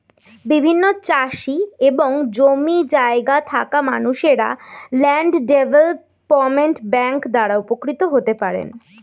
বিভিন্ন চাষি এবং জমি জায়গা থাকা মানুষরা ল্যান্ড ডেভেলপমেন্ট ব্যাংক দ্বারা উপকৃত হতে পারেন